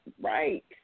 right